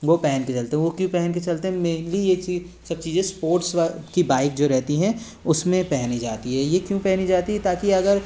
वो पहन के चलते हैं वो क्यों पहन के चलते हैं मेनली ये चीज सब चीज़ें एस्पोर्ट्स की बाइक जो रहती हैं उसमें पहनी जाती है ये क्यों पहनी जाती है ताकी अगर